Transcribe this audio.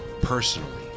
personally